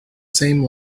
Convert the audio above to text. same